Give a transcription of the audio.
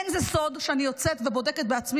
אין זה סוד שאני יוצאת ובודקת בעצמי